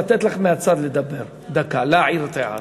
לתת לך דקה לדבר